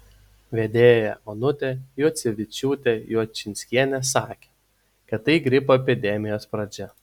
vedėja onutė juocevičiūtė juočinskienė sakė kad tai gripo epidemijos pradžia